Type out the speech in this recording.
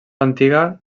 antiga